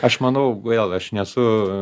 aš manau vėl aš nesu